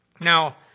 Now